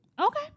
okay